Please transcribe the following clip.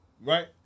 Right